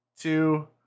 two